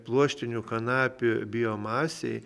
pluoštinių kanapių biomasei